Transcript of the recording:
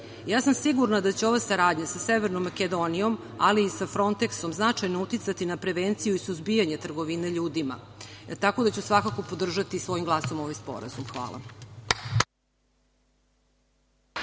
sam da će ova saradnja sa Severnom Makedonijom, ali i sa Fronteksom značajno uticati na prevenciju i suzbijanje trgovine ljudima, tako da ću svakako podržati svojim glasom ovaj sporazum. Hvala.